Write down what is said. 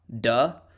Duh